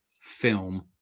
film